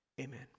Amen